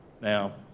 Now